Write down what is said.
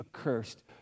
accursed